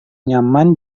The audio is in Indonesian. nyaman